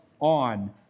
on